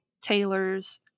tailors